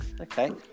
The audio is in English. Okay